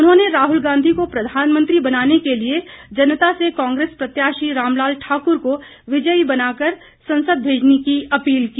उन्होंने राहुल गांधी को प्रधानमंत्री बनाने के लिए जनता से कांग्रेस प्रत्याशी रामलाल ठाकुर को विजयी बनाकर संसद भेजने की अपील की